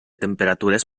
temperatures